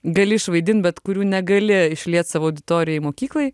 gali išvaidint bet kurių negali išliet savo auditorijai mokyklai